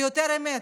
ויותר אמת.